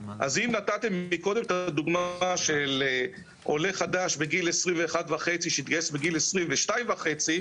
אז אם נתתם קודם את הדוגמה של עולה חדש בגיל 21.5 שהתגייס בגיל 22.5,